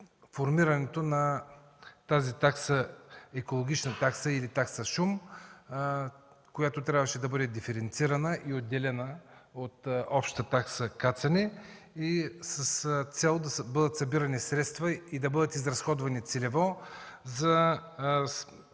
формирането на тази екологична такса или такса шум, която трябваше да бъде диференцирана и отделена от общата такса кацане, с цел да бъдат събирани средства и да бъдат изразходвани за